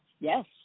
Yes